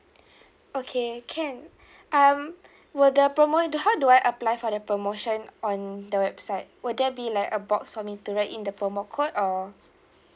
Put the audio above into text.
okay can um will the promo do how do I apply for the promotion on the website would there be like a box for me to write in the promo code or